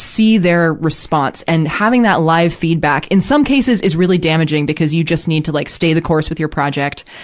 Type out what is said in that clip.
their response. and having that live feedback, in some cases, is really damaging because you just need to, like, stay the course with your project.